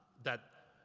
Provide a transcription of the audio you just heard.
that,